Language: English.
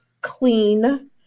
clean